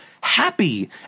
happy